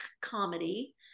comedy